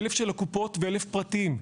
1,000 של הקופות ו-1,000 פרטיים.